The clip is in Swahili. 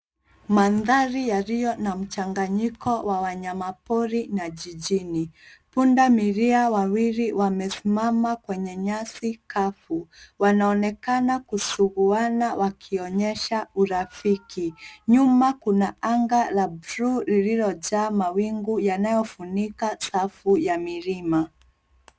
Mandhari yaliyo na mchanganyiko wa wanyama pori na jijini. Punda milia wawili wamesimama kwenye nyasi kavu. Wanaonekana kusuguana wakionyesha urafiki. Nyuma kuna anga la buluu lililojaa mawingu yanafunika safu ya milima.